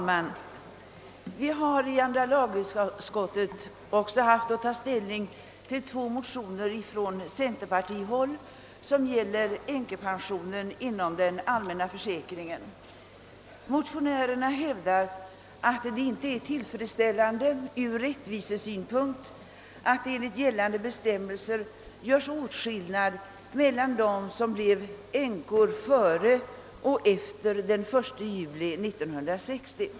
Herr talman! Andra lagutskottet har också haft att ta ställning till två motionspar från centerpartihåll som gäller änkepensionen inom den allmänna försäkringen. Motionärerna hävdar att det inte är tillfredsställande ur rättvisesynpunkt att enligt gällande bestämmelser åtskillnad görs mellan dem som blev änkor före respektive efter den 1 juli 1960.